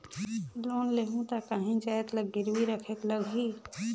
Loan लेहूं ता काहीं जाएत ला गिरवी रखेक लगही?